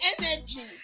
Energy